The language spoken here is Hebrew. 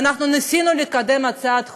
ואנחנו ניסינו לקדם הצעת חוק,